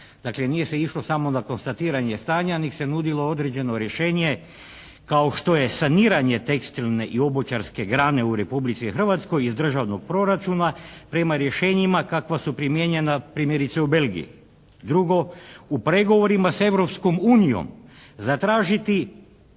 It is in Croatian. dakle nije se išlo samo na konstatiranje stanja nego se nudilo određeno rješenje kao što je saniranje tekstilne i obućarske grane u Republici Hrvatskoj iz državnog proračuna prema rješenjima kakva su primijenjena primjerice u Belgiji. Drugo, u pregovorima s Europskom